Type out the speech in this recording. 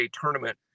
tournament